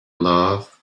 love